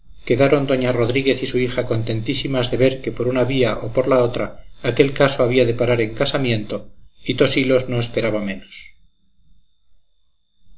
quedaron doña rodríguez y su hija contentísimas de ver que por una vía o por otra aquel caso había de parar en casamiento y tosilos no esperaba menos